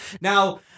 Now